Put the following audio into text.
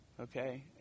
okay